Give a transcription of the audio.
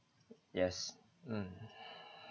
yes mm